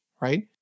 right